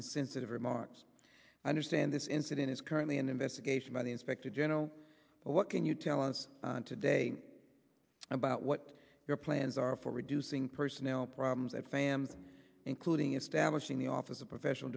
insensitive remarks i understand this incident is currently an investigation by the inspector general but what can you tell us today about what your plans are for reducing personnel problems at fam including is i'm watching the office of professional